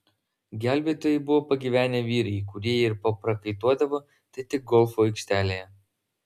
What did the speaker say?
gelbėtojai buvo pagyvenę vyrai kurie jei ir paprakaituodavo tai tik golfo aikštelėje